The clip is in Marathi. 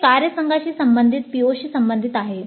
हे कार्यसंघाशी संबंधित POशी संबंधित आहे